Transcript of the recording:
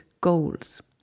goals